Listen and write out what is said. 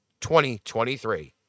2023